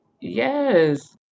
Yes